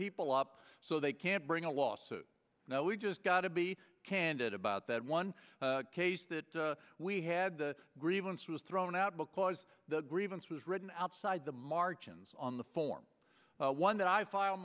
people up so they can't bring a lawsuit now we just got to be candid about that one case that we had the grievance was thrown out because the grievance was written outside the margins on the form one that i fi